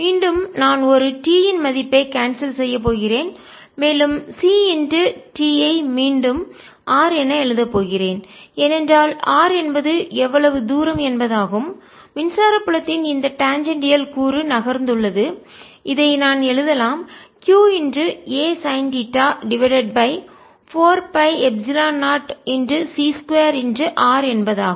மீண்டும் நான் ஒரு t இன் மதிப்பை கான்செல் செய்யப் போகிறேன் மேலும் c t ஐ மீண்டும் r என எழுதப் போகிறேன் ஏனென்றால் r என்பது எவ்வளவு தூரம் என்பதாகும் மின்சார புலத்தின் இந்த டாஞ்சேண்டியால் கூறு நகர்ந்துள்ளது இதை நான் எழுதலாம் q a sine theta divided by 4 π epsilon 0 c2 r என்பதாகும்